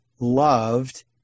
loved